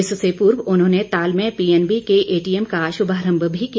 इससे पहले उन्होंने ताल में पीएनबी के एटीएम का शुभारंभ भी किया